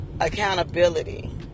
accountability